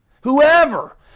whoever